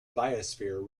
biosphere